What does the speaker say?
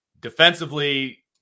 Defensively